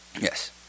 Yes